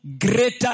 greater